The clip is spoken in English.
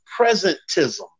presentism